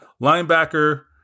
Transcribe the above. Linebacker